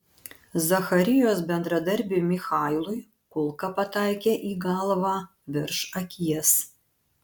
zacharijos bendradarbiui michailui kulka pataikė į galvą virš akies